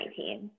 2019